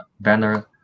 banner